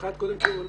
קודם כל,